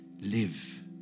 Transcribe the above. Live